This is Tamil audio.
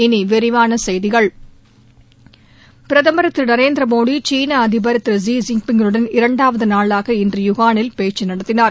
இனி விரிவான செய்திகள் பிரதமர் திரு நரேந்திரமோடி சீன அதிபர் திரு லி ஜின் பிங் வுடன் இரண்டாவது நாளாக இன்று யுஹானில் பேச்சு நடத்தினார்